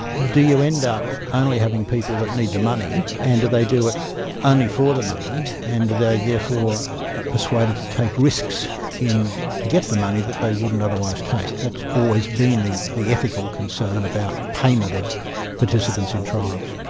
do you end up only having people that need the money, and do they do it only for the money, and are they therefore persuaded to take risks to get the money that they wouldn't otherwise take? that's always been the the ethnical concern about the payment of participants in trials.